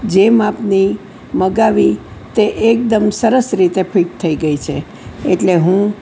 જે માપની મગાવી તે એકદમ સરસ રીતે ફિટ થઈ ગઈ છે